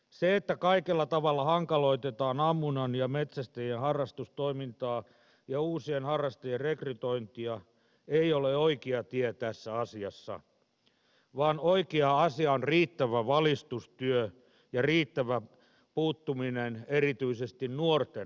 se että kaikella tavalla hankaloitetaan ammunnan ja metsästäjien harrastustoimintaa ja uusien harrastajien rekrytointia ei ole oikea tie tässä asiassa vaan oikea asia on riittävä valistustyö ja riittävä puuttuminen erityisesti nuorten mielenterveyshäiriöihin